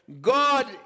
God